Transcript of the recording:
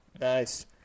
Nice